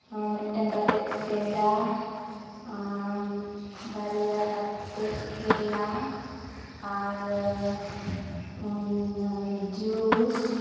ᱢᱤᱫᱴᱮᱱ ᱠᱟᱛᱮᱫ ᱯᱮᱬᱟ ᱵᱟᱨᱭᱟ ᱠᱟᱛᱮᱫ ᱠᱮᱞᱟ ᱟᱨ ᱡᱩᱥ